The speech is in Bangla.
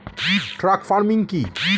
ট্রাক ফার্মিং কি?